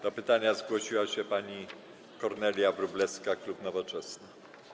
Do pytania zgłosiła się pani poseł Kornelia Wróblewska, klub Nowoczesna.